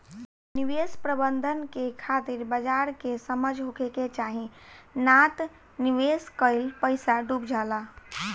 निवेश प्रबंधन के खातिर बाजार के समझ होखे के चाही नात निवेश कईल पईसा डुब जाला